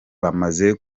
bamaze